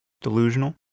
delusional